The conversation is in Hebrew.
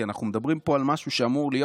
כי אנחנו מדברים פה על משהו שאמור להיות